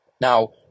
Now